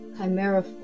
chimera